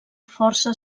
força